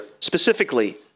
specifically